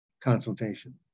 consultation